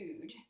food